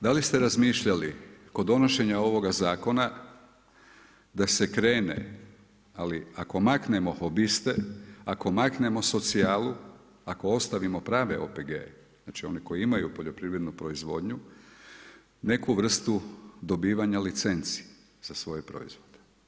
Da li ste razmišljali kod donošenja ovoga zakona da se krene ali ako maknemo hobiste, ako maknemo socijalu, ako ostavimo prave OPG-e znači one koji imaju poljoprivrednu proizvodnju neku vrstu dobivanja licenci za svoje proizvode?